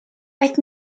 aeth